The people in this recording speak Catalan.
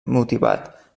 motivat